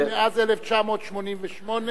מאז 1988,